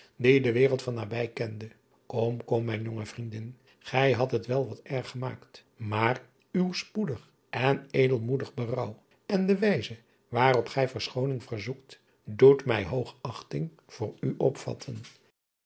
die de wereld van nabij kende om kom mijn jonge vriend ij hadt het wel wat erg gemaakt maar uw spoedig en edelmoedig berouw en de wijze waarop gij verschooning verzoekt doet mij hoogachting voor u opvatten